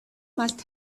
must